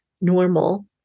normal